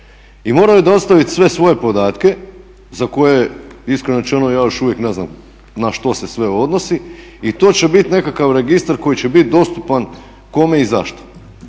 I moraju dostaviti sve svoje podatke za koje iskreno rečeno ja još uvijek ne znam na što se sve odnosi. I to će biti nekakav registar koji će biti dostupan kome i zašto?